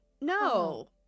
no